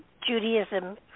Judaism